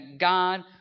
God